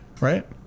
right